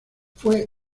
fue